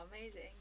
amazing